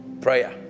prayer